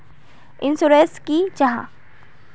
Insurance की जाहा?